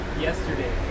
yesterday